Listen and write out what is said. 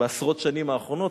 בעשרות השנים האחרונות.